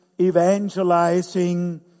evangelizing